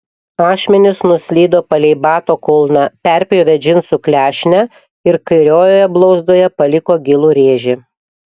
ašmenys nuslydo palei bato kulną perpjovė džinsų klešnę ir kairiojoje blauzdoje paliko gilų rėžį